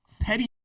petty